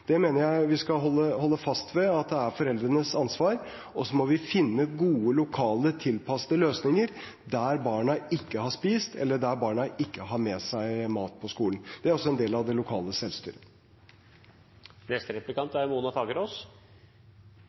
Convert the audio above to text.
Det mener jeg vi skal holde fast ved at er foreldrenes ansvar. Og så må vi finne gode lokalt tilpassede løsninger der barna ikke har spist, eller der barna ikke har med seg mat på skolen. Det er også en del av det lokale selvstyret.